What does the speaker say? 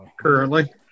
currently